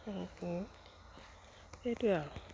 সেইটোৱে আৰু